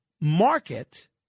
market